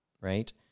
right